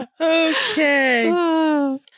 Okay